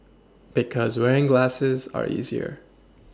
because wearing glasses are easier